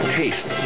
taste